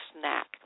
snack